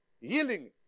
healing